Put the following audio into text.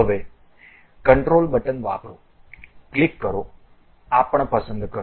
હવે control button વાપરો click કરો આ પણ પસંદ કરો